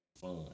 fun